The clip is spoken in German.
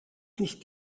nicht